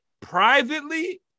privately